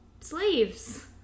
Slaves